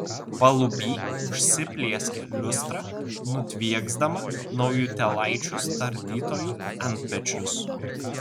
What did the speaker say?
paluby užsiplieskia liustra nutvieksdama naujutėlaičius tardytojų antpečius